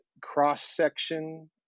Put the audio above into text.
cross-section